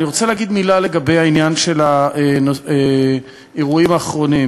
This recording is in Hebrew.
אני רוצה להגיד מילה על העניין של האירועים האחרונים,